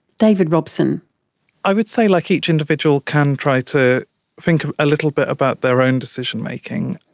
david robson i would say like each individual can try to think a little bit about their own decision-making,